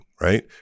right